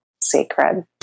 sacred